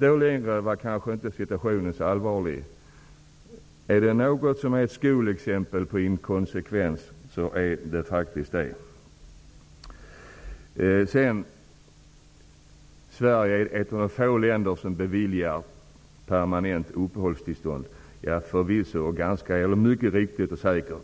Då var kanske inte situationen så allvarlig längre? Det om något är väl ett skolexempel på inkonsekvens. Sverige är ett av de få länder i Europa som beviljar bosnierna permanent uppehållstillstånd, säger statsrådet i svaret. Ja, förvisso!